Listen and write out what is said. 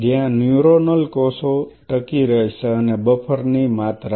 જ્યાં ન્યુરોનલ કોષો ટકી રહેશે અને બફરની માત્રા